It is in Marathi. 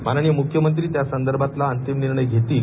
माननीय मुख्यमंत्री त्यासंदर्भातला अंतिम निर्णय घेतील